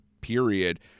period